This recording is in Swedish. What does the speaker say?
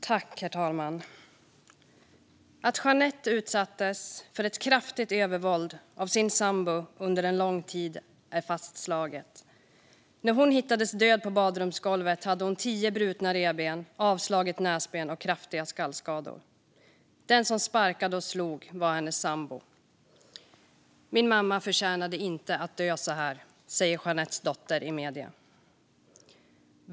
Herr talman! Att Jeanette utsattes för ett kraftigt övervåld av sin sambo under en lång tid är fastslaget. När hon hittades död på badrumsgolvet hade hon tio brutna revben, avslaget näsben och kraftiga skallskador. Den som sparkade och slog var hennes sambo. Min mamma förtjänade inte att dö så, säger Jeanettes dotter i medierna.